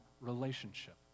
relationship